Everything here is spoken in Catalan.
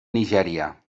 nigèria